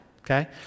okay